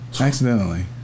Accidentally